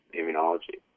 immunology